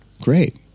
great